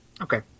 Okay